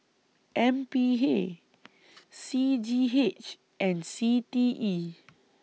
M P A C G H and C T E